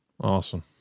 Awesome